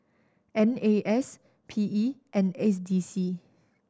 N A S P E and S D C